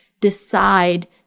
decide